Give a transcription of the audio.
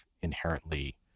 inherently